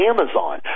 Amazon